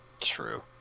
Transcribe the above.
True